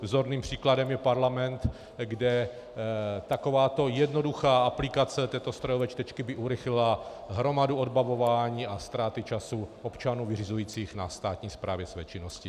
Vzorným příkladem je parlament, kde takováto jednoduchá aplikace této strojové čtečky by urychlila hromadu odbavování a ztráty času občanů vyřizujících na státní správě své činnosti.